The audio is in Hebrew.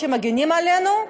הם מגינים עלינו,